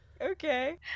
Okay